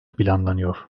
planlanıyor